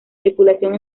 tripulación